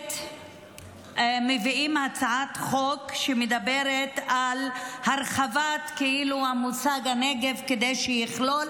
בכנסת מביאים הצעת חוק שמדברת על הרחבת מושג הנגב כדי שיכלול